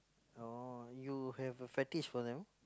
orh you have a fetish for them